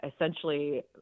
essentially